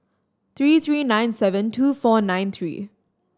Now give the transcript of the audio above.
three three nine seven two four nine three